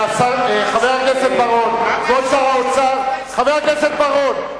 אתה נהיית שר אוצר אחרי, חבר הכנסת בר-און,